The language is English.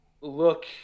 look